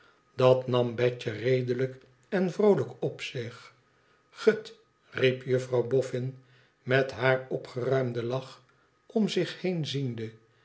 dat nam betje gereedelijk en vroolijk op zich gut riep juffrouw boffin met haar opgeruimden lach om zich heen xiende